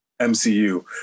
MCU